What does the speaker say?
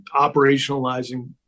operationalizing